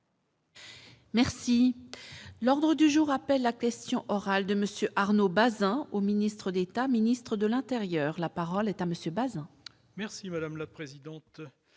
Merci l'ordre du jour appelle la question orale de monsieur Arnaud Bazin au ministre d'État, ministre de l'Intérieur, la parole est à monsieur Baeza. Merci madame la présidente,